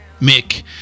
Mick